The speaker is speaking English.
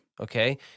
Okay